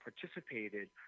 participated